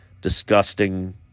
disgusting